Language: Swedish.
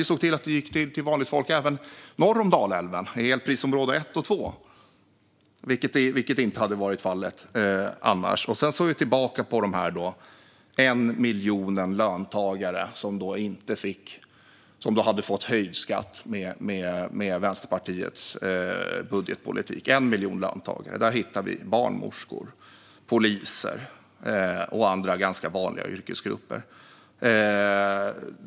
Vi såg till att det gick till vanligt folk även norr om Dalälven, till elprisområde 1 och elprisområde 2, vilket annars inte hade varit fallet. Sedan är vi tillbaka på detta med 1 miljon löntagare som skulle ha fått höjd skatt med Vänsterpartiets budgetpolitik. Där hittar vi barnmorskor, poliser och andra ganska vanliga yrkesgrupper.